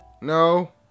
No